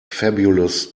fabulous